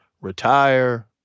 retire